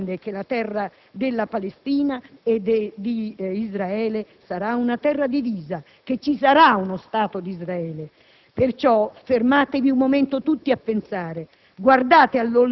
La maggior parte di noi comprende che la terra della Palestina e di Israele sarà una terra divisa, che ci sarà uno Stato di Israele.